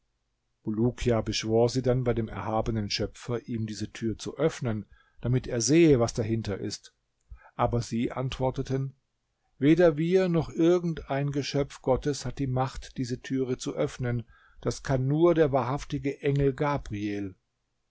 bulukia beschwor sie bei dem erhabenen schöpfer ihm diese tür zu öffnen damit er sehe was dahinter ist aber sie antworteten weder wir noch irgendein geschöpf gottes hat die macht diese türe zu öffnen das kann nur der wahrhaftige engel gabriel